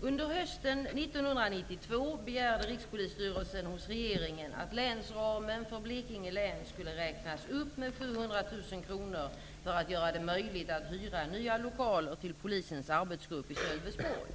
Under hösten 1992 begärde Rikspolisstyrelsen hos regeringen att länsramen för Blekinge län skulle räknas upp med 700 000 kronor för att göra det möjligt att hyra nya lokaler till polisens arbetsgrupp i Sölvesborg.